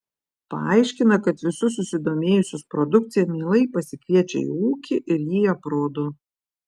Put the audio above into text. paaiškina kad visus susidomėjusius produkcija mielai pasikviečia į ūkį ir jį aprodo